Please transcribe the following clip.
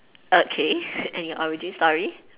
okay and your origin story